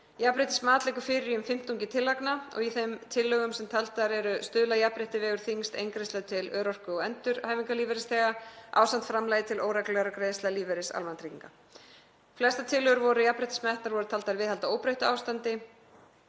Jafnréttismat liggur fyrir í um fimmtungi tillagna. Í þeim tillögum sem taldar eru stuðla að jafnrétti vegur þyngst eingreiðsla til örorku- og endurhæfingarlífeyrisþega ásamt framlagi til óreglulegra greiðslna lífeyris almannatrygginga. Flestar tillögur sem voru jafnréttismetnar voru taldar viðhalda óbreyttu ástandi.